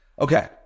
Okay